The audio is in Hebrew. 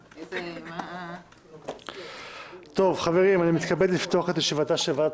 טוב, חברים, אני מתכבד לפתוח את ישיבת ועדת